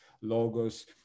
logos